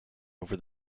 over